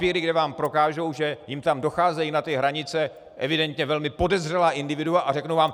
Papíry, kde vám prokážou, že jim tam docházejí na hranice evidentně velmi podezřelá individua, a řeknou vám: